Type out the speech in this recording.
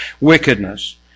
wickedness